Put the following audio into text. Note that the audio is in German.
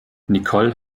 nicole